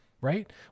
right